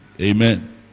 Amen